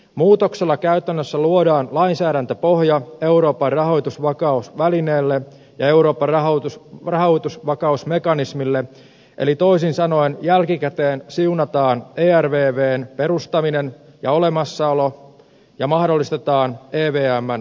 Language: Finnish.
muutoksella käytännössä luodaan lainsäädäntöpohja euroopan rahoitusvakausvälineelle ja euroopan rahoitusvakausmekanismille eli toisin sanoen jälkikäteen siunataan ervvn perustaminen ja olemassaolo ja mahdollistetaan evmn synnyttäminen